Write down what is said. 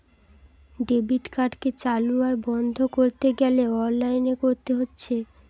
debit কার্ডকে চালু আর বন্ধ কোরতে গ্যালে অনলাইনে কোরতে হচ্ছে